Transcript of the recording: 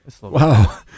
Wow